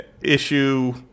issue